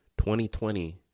2020